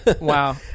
Wow